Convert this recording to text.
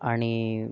आणि